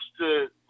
to-